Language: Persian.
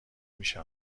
میشه